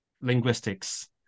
linguistics